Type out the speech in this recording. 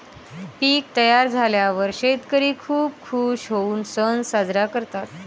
पीक तयार झाल्यावर शेतकरी खूप खूश होऊन सण साजरा करतात